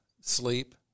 Sleep